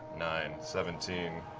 nine, seventeen,